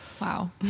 wow